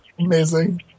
Amazing